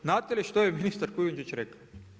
Znate li što je ministar Kujundžić rekao?